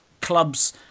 clubs